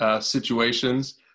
situations